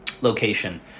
location